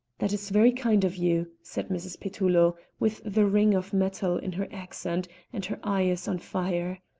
that is very kind of you, said mrs. petullo, with the ring of metal in her accent and her eyes on fire.